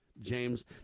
James